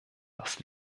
das